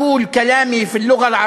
משפט אחרון.